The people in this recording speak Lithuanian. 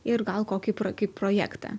ir gal kokį pro kaip projektą